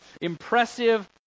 impressive